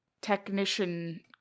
technician